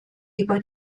über